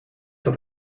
had